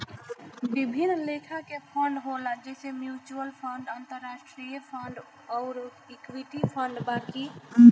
विभिन्न लेखा के फंड होला जइसे म्यूच्यूअल फंड, अंतरास्ट्रीय फंड अउर इक्विटी फंड बाकी